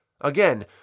Again